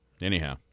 Anyhow